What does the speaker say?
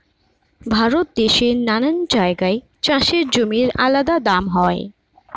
ভারত দেশের নানা জায়গায় চাষের জমির আলাদা দাম হয়